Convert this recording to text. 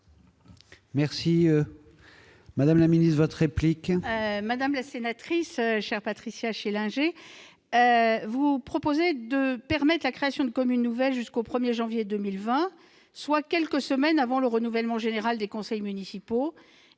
est à Mme la ministre. Madame la sénatrice, chère Patricia Schillinger, vous proposez de permettre la création de communes nouvelles jusqu'au 1 janvier 2020, soit quelques semaines avant le renouvellement général des conseils municipaux